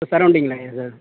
சரவுண்டிங்லேயா sir